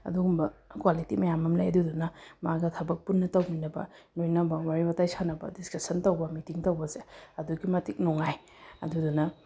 ꯑꯗꯨꯒꯨꯝꯕ ꯀ꯭ꯋꯥꯂꯤꯇꯤ ꯃꯌꯥꯝ ꯑꯃ ꯂꯩ ꯑꯗꯨꯗꯨꯅ ꯃꯥꯒ ꯊꯕꯛ ꯄꯨꯟꯅ ꯇꯧꯃꯤꯟꯅꯕ ꯂꯣꯏꯅꯕ ꯋꯥꯔꯤ ꯋꯥꯇꯥꯏ ꯁꯥꯟꯅꯕ ꯗꯤꯁꯀꯁꯟ ꯇꯧꯕ ꯃꯤꯇꯤꯡ ꯇꯧꯕꯁꯦ ꯑꯗꯨꯛꯀꯤ ꯃꯇꯤꯛ ꯅꯨꯡꯉꯥꯏ ꯑꯗꯨꯗꯨꯅ